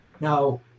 Now